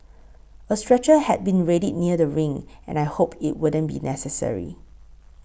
a stretcher had been readied near the ring and I hoped it wouldn't be necessary